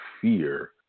fear